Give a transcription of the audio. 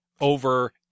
over